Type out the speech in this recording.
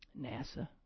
NASA